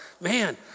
man